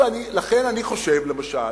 למשל,